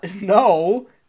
no